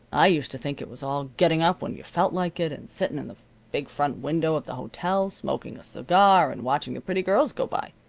i used to think it was all getting up when you felt like it, and sitting in the big front window of the hotel, smoking a cigar and watching the pretty girls go by.